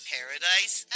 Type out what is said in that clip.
Paradise